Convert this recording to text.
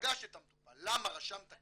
שפגש את המטופל למה רשמת כזאת